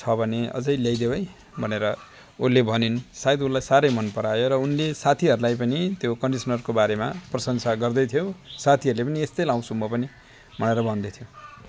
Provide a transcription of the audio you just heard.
छ भने अझै ल्याइदेऊ है भनेर उनले भनिन् सायद उनलाई धेरै मनपरायो र उनले साथीहरूलाई पनि त्यो कन्डिसनरको बारेमा प्रशंसा गर्दैथ्यो साथीहरूले पनि यस्तै लाउँछु म पनि भनेर भन्दैथ्यो